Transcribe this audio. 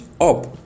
up